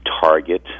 target